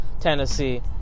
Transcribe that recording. Tennessee